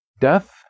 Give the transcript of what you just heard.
death